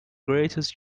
greatest